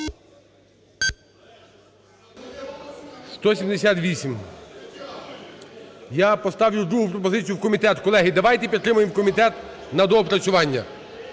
За-178 Я поставлю другу пропозицію: в комітет. Колеги, давайте підтримаємо: в комітет на доопрацювання.